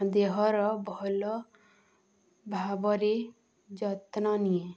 ଦେହର ଭଲ ଭାବରେ ଯତ୍ନ ନିଏ